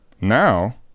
now